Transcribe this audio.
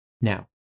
Now